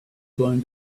blown